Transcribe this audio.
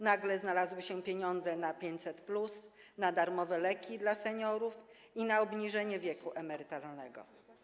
Nagle znalazły się pieniądze na 500+, na darmowe leki dla seniorów i na obniżenie wieku emerytalnego.